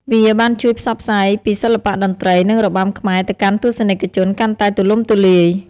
វាបានជួយផ្សព្វផ្សាយពីសិល្បៈតន្ត្រី និងរបាំខ្មែរទៅកាន់ទស្សនិកជនកាន់តែទូលំទូលាយ។